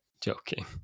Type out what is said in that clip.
Joking